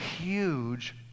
huge